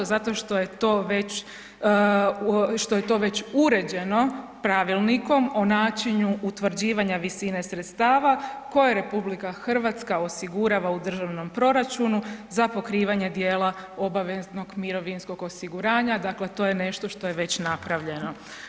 Zato što je to već uređeno Pravilnikom o načinu utvrđivanja visine sredstava koje RH osigurava u državnom proračunu za pokrivanje dijela obaveznog mirovinskog osiguranja, dakle to je nešto što je već napravljeno.